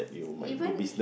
even